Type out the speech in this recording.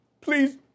Please